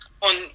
on